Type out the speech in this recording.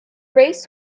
race